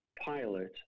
pilot